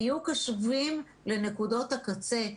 היו קשובים לנקודות הקצה.